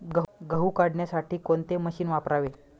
गहू काढण्यासाठी कोणते मशीन वापरावे?